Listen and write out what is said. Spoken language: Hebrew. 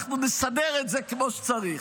אנחנו נסדר את זה כמו שצריך.